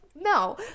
no